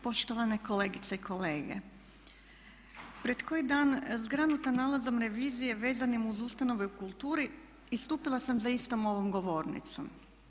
Poštovane kolegice i kolege, pred koji dan zgranuta nalazom revizije vezanim uz ustanove u kulturi istupila sam za istom ovom govornicom.